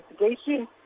investigation